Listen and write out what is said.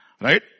Right